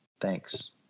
thanks